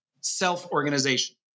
self-organization